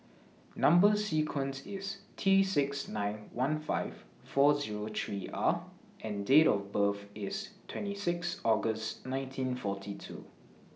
Number sequence IS T six nine one five four Zero three R and Date of birth IS twenty six August nineteen forty two